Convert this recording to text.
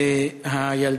היושב-ראש,